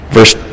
Verse